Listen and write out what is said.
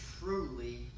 truly